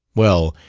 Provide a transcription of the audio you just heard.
well,